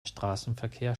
straßenverkehr